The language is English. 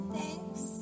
thanks